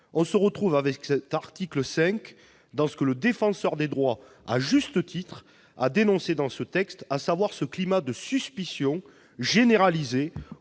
On retrouve, à l'article 5, ce que le Défenseur des droits a, à juste titre, dénoncé dans ce texte, à savoir le climat de suspicion généralisée,